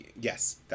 Yes